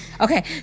Okay